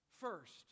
first